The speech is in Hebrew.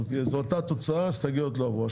הצבעה לא אושר אותה תוצאה, ההסתייגויות לא עברו.